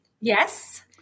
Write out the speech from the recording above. Yes